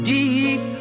Deep